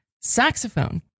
Saxophone